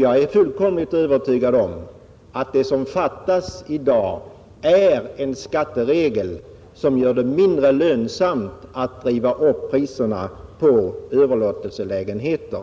Jag är fullkomligt övertygad om att vad som fattas i dag är en skatteregel som gör det mindre !önsamt att driva upp priserna på överlåtelselägenheter.